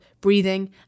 breathing